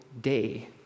day